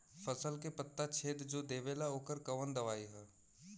फसल के पत्ता छेद जो देवेला ओकर कवन दवाई ह?